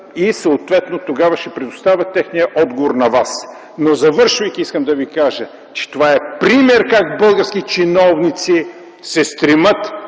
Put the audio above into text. Съответно тогава ще предоставя техния отговор на Вас. Завършвайки, искам да Ви кажа, че това е пример как български чиновници се стремят